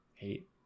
Eight